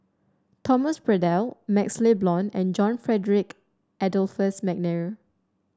Thomas Braddell MaxLe Blond and John Frederick Adolphus McNair